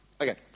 Okay